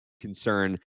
concern